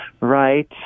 right